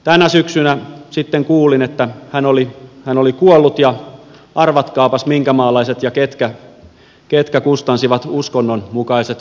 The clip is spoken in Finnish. tänä syksynä sitten kuulin että hän oli kuollut ja arvatkaapas minkä maalaiset ja ketkä kustansivat uskonnon mukaiset hautajaiset